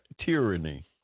tyranny